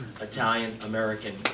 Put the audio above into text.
Italian-American